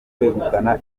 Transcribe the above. kwegukana